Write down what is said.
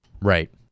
Right